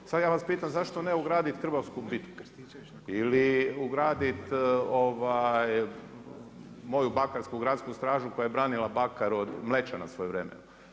Sad ja vas pitam zašto ne ugraditi hrvatsku bitku ili ugraditi moju bakarsku gradsku stražu koja je branila Bakar od Mlečana svojevremeno.